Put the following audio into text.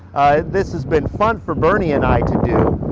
this has been fun for bernie and i to do,